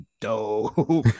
dope